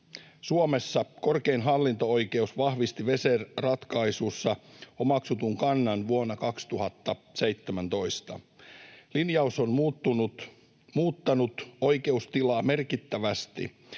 Suomessa korkein hallinto-oikeus vahvisti Weser-ratkaisussa omaksutun kannan vuonna 2017. Linjaus on muuttanut oikeustilaa merkittävästi.